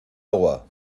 agua